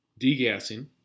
degassing